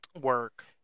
work